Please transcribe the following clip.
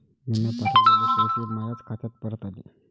मीन पावठवलेले पैसे मायाच खात्यात परत आले